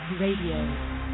Radio